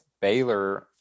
Baylor